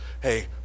hey